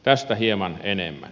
tästä hieman enemmän